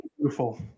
beautiful